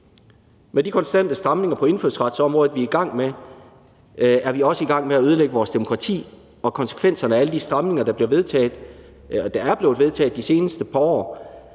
Med de konstante stramninger på indfødsretsområdet, vi er i gang med, er vi også i gang med at ødelægge vores demokrati. Og konsekvenserne af alle de stramninger, der er blevet vedtaget de seneste par år,